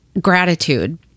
gratitude